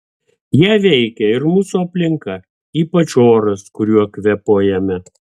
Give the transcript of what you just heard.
ją veikia ir mūsų aplinka ypač oras kuriuo kvėpuojame